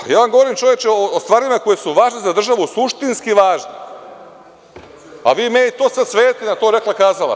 Ja vam govorim, čoveče, o stvarima koje su važne za državu, suštinski važne, a vi meni sve to svedete na to rekla kazala.